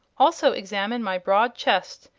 also examine my broad chest,